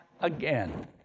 again